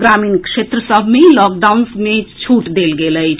ग्रामीण क्षेत्र सभ के लॉकडाउन सँ छूट देल गेल अछि